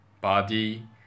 body